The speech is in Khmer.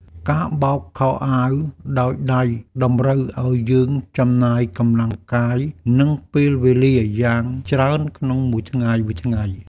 ការបោកខោអាវដោយដៃតម្រូវឱ្យយើងចំណាយកម្លាំងកាយ និងពេលវេលាយ៉ាងច្រើនក្នុងមួយថ្ងៃៗ។